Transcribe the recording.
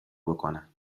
بکنم